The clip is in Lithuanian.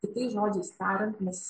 kitais žodžiais tariant mes